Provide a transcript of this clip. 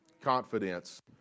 confidence